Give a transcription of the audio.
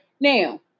now